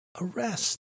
arrest